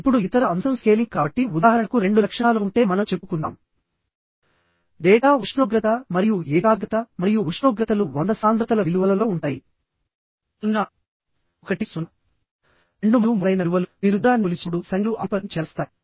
zig zag bolting లో రెండు విషయాలను చెప్పుకున్నాము ఒకటి స్టాగర్డ్ పిచ్ డిస్టెన్స్ అనేది సేమ్ గా ఉండి మరియు గేజ్ డిస్టెన్స్ ఈక్వల్ గా ఉండటం